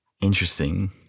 Interesting